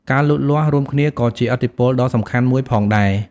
ការលូតលាស់រួមគ្នាក៏ជាឥទ្ធិពលដ៏សំខាន់មួយផងដែរ។